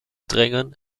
drängen